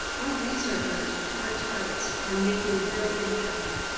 our researchers, our terps, are making real impact.